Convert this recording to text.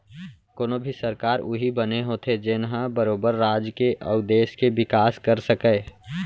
कोनो भी सरकार उही बने होथे जेनहा बरोबर राज के अउ देस के बिकास कर सकय